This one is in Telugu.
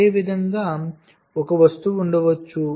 అదేవిధంగా ఒక వస్తువు ఉండవచ్చు